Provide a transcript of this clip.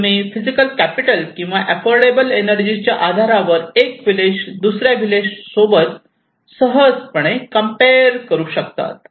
तुम्ही physical capital किंवा affordable energy च्या आधारावर एक व्हिलेज दुसऱ्या व्हिलेज सोबत सहजपणे कम्पेअर करू शकतात